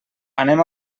anem